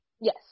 Yes